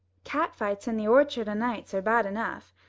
cat-fights in the orchard o'nights are bad enough.